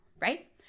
right